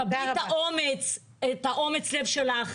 תקבלי את אומץ הלב שלך.